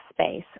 space